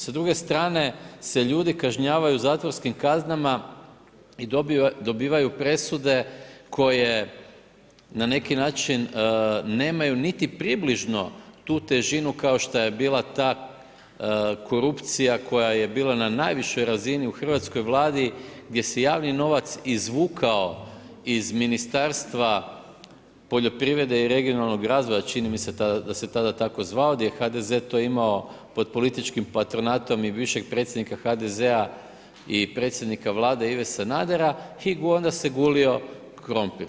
Sa druge strane se ljudi kažnjavaju zatvorskim kaznama i dobivaju presude koje na neki način nemaju niti približno tu težinu kao što je bila ta korupcija koja je bila na najvišoj razini u Hrvatskoj Vladi, gdje se javni novac izvukao iz Ministarstva i regionalnog razvoja, čini mi se da se tada tako zvao, gdje je HDZ to imao pod političkim patronatom i bivšeg predsjednika HDZ-a i predsjednika Vlade Ive Sanadera i onda se gulio krompir.